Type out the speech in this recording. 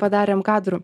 padarėm kadrų